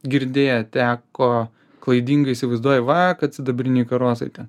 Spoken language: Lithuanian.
girdėję teko klaidingai įsivaizduoja va kad sidabriniai karosai ten